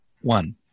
One